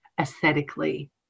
aesthetically